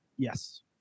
Yes